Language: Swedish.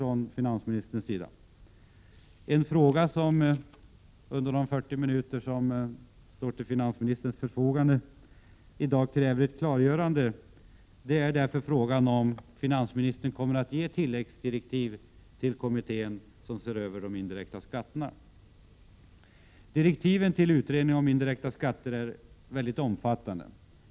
En fråga som kräver ett klargörande under de 40 minuter som står till finansministerns förfogande här i dag är därför frågan om tilläggsdirektiv till kommittén om indirekta skatter. Direktiven till utredningen om indirekta skatter är mycket omfattande.